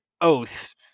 oath